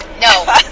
No